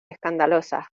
escandalosas